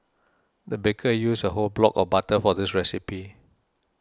the baker used a whole block of butter for this recipe